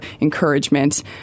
encouragement